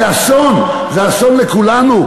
זה אסון, זה אסון לכולנו.